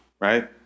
right